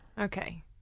Okay